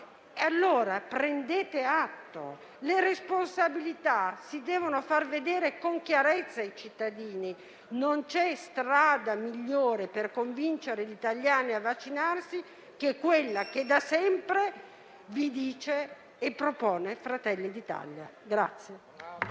Colleghi, prendetene atto: le responsabilità si devono far vedere con chiarezza ai cittadini e non c'è strada migliore per convincere gli italiani a vaccinarsi che quella che da sempre propone il Gruppo Fratelli d'Italia.